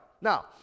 Now